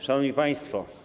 Szanowni Państwo!